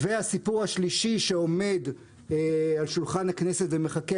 הסיפור השלישי שעומד על שולחן הכנסת ומחכה